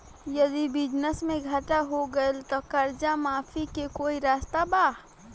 यदि बिजनेस मे घाटा हो गएल त कर्जा माफी के कोई रास्ता बा?